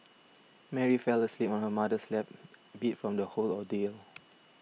Mary fell asleep on her mother's lap beat from the whole ordeal